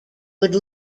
would